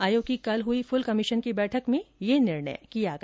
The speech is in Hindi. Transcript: आयोग की कल हुई फुल कमीशन की बैठक में यह निर्णय किया गया